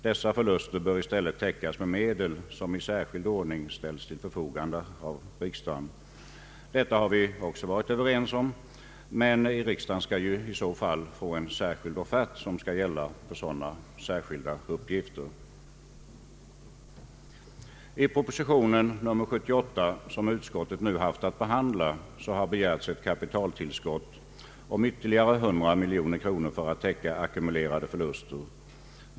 Dessa förluster bör i stället täckas med medel som i särskild ordning ställs till förfogande av riksdagen. Detta har vi varit överens om, men riksdagen bör ju i så fall få en särskild offert som skall gälla för sådana uppgifter. I propositionen 78, som utskottet nu haft att behandla, har begärts ett kapitaltillskott om ytterligare 100 miljoner kronor för att täcka ackumulerade förluster.